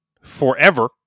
forever